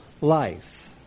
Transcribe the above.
life